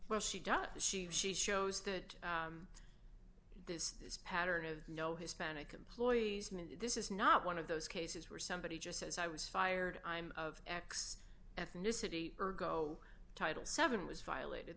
well she does she she shows that this pattern of no hispanic employees this is not one of those cases where somebody just says i was fired i'm of x ethnicity ergo title seven was violated